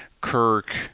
Kirk